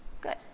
Good